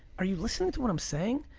are you listening to what i'm saying?